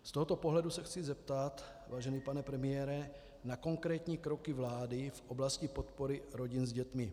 Z tohoto pohledu se chci zeptat, vážený pane premiére, na konkrétní kroky vlády v oblasti podpory rodin s dětmi.